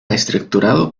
estructurado